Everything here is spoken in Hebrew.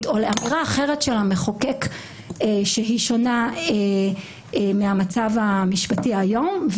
או לאמירה אחרת של המחוקק שהיא שונה מהמצב המשפטי היום.